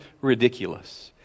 ridiculous